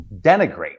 denigrate